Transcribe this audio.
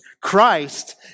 Christ